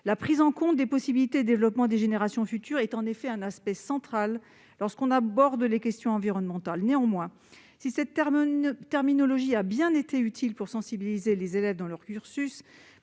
La prise en compte des possibilités de développement des générations futures est en effet une question centrale lorsqu'on aborde les questions environnementales. Néanmoins, si cette terminologie a bien été utile pour sensibiliser les élèves dans leur cursus,